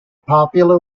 popular